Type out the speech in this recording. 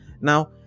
Now